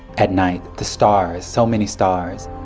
at night, the stars so many stars